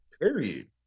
Period